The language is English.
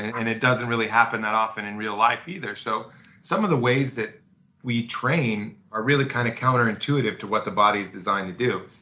and it doesn't really happen that often in real life, so some of the ways that we train are really kind of counterintuitive to what the body is designed to do.